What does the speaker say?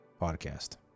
podcast